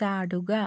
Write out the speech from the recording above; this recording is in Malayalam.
ചാടുക